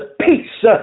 peace